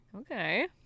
Okay